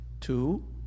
Two